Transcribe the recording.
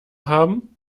haben